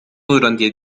durante